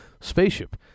spaceship